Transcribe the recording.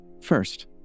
First